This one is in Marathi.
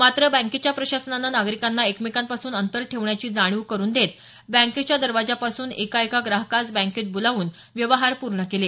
मात्र बँकेच्या प्रशासनाने नागरिकांना एकमेकांपासून अंतर ठेवण्याची जाणीव करून देत बँकेच्या दरवाजापासून एका एका ग्राहकास बँकेत बोलावून व्यवहार पूर्ण केले